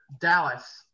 Dallas